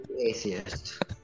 atheist